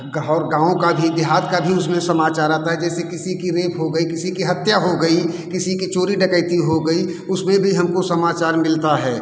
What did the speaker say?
गहोर गाँव का भी देहात का भी उसमें समाचार आता है जैसे किसी की रेप हो गई किसी की हत्या हो गई किसी की चोरी डकैती हो गई उसमें भी हमको समाचार मिलता है